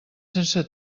sense